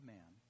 Man